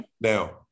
Now